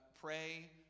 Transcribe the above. pray